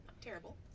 terrible